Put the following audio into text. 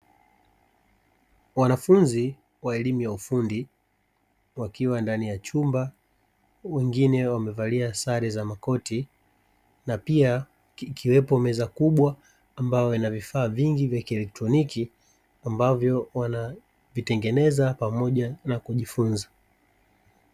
Wanafunzi wa elimu ya ufundi wakiwa ndani ya chumba, wengine wamevalia sare za makoti na pia ikiwepo meza kubwa ambayo ina vifaa vingi vya kielektroniki, ambavyo wanavitengeneza pamoja na kujifunza.